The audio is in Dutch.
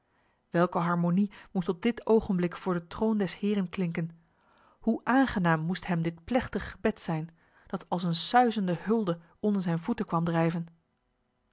welke harmonie moest op dit ogenblik voor de troon des heren klinken hoe aangenaam moest hem dit plechtig gebed zijn dat als een suizende hulde onder zijn voeten kwam drijven